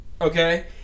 okay